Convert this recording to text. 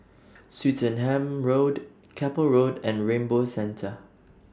Swettenham Road Keppel Road and Rainbow Centre